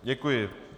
Děkuji.